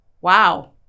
wow